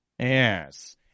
Yes